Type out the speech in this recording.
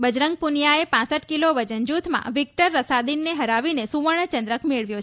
બજરંગ પુનિયાએ હપ કિલો વજન જૂથમાં વ્હીક્ટર રસાદીનને હરાવીને સુવર્ણ ચંદ્રક મેળવ્યો છે